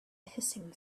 hissing